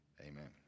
Amen